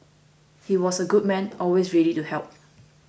he was a good man always ready to help